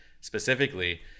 specifically